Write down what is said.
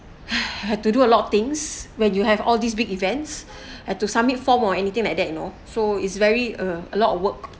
!hais! had to do a lot of things when you have all these big events had to submit form or anything like that you know so it's very uh a lot of work